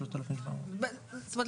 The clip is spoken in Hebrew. זאת אומרת,